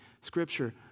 Scripture